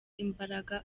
imbaraga